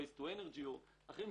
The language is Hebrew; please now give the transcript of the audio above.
למשל Waste-to-energy ואחרים,